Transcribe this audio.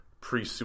pre